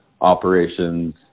operations